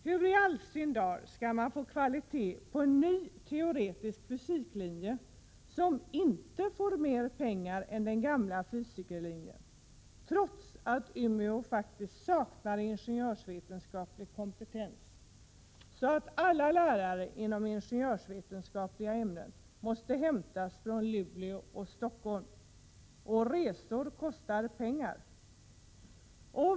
Hur i all sin dar skall man få kvalitet på en ny linje i teoretisk fysik som inte får mer pengar än den gamla fysikerlinjen, trots att Umeå faktiskt saknar ingenjörsvetenskaplig kompetens, så att alla lärare inom ingenjörsvetenskapliga ämnen måste hämtas från Luleå och Stockholm? Resor kostar pengar.